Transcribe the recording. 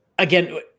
Again